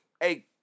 Hey